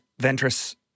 Ventress